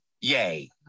Yay